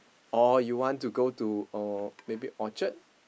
or you want to go to uh maybe Orchard